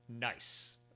nice